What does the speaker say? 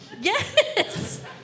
Yes